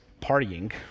partying